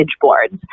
boards